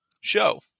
show